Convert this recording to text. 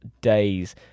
days